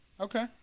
Okay